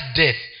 death